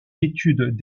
études